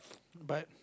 but